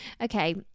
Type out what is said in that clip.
okay